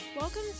Welcome